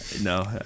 no